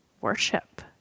worship